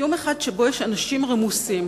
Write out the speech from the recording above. קיום אחד שבו יש אנשים רמוסים,